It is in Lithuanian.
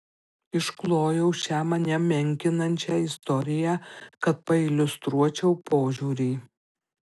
išklojau šią mane menkinančią istoriją kad pailiustruočiau požiūrį